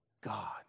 God